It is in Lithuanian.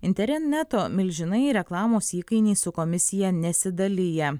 intereneto milžinai reklamos įkainiai su komisija nesidalija